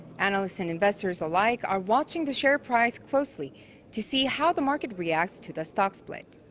analysts and investors alike are watching the share price closely to see how the market reacts to the stock split.